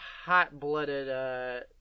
hot-blooded